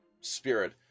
spirit